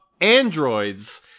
androids